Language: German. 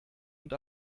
und